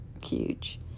huge